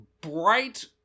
bright